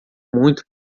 muito